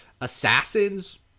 assassins